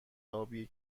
آبی